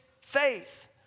faith